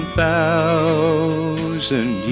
thousand